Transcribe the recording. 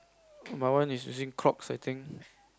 my one is using Crocs I think